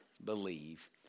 believe